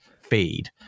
feed